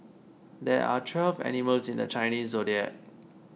there are twelve animals in the Chinese zodiac